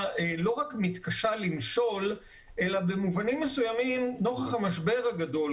מתקשה למשול אלא במובנים מסוימים נוכח המשבר הגדול,